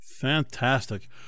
fantastic